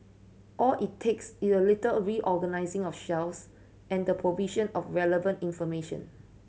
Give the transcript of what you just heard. all it takes is a little reorganising of shelves and the provision of relevant information